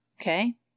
Okay